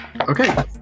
Okay